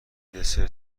دسر